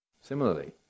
Similarly